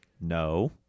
No